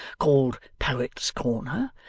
called poets' corner,